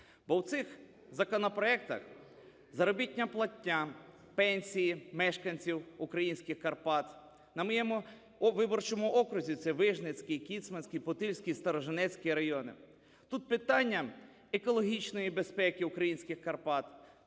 Бо в цих законопроектах заробітна платня, пенсії мешканців українських Карпат, на моєму виборчому окрузі це Вижницький, Кіцманський, Путильський, Сторожинецький райони. Тут питання екологічної безпеки українських Карпат,